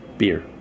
beer